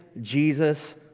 Jesus